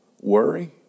Worry